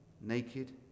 naked